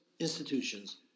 Institutions